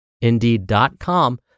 indeed.com